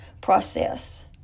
process